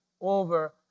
over